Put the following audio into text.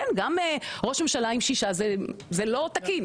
כן, גם ראש ממשלה עם שיש זה לא תקין.